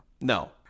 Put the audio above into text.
No